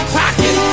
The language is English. pocket